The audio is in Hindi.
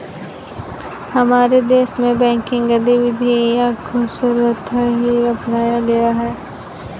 हमारे देश में बैंकिंग गतिविधियां को सर्वथा ही अपनाया गया है